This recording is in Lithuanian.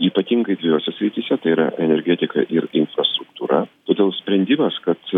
ypatingai dviejose srityse tai yra energetika ir infrastruktūra todėl sprendimas kad